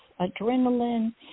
adrenaline